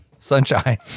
sunshine